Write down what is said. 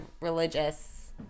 religious